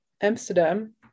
Amsterdam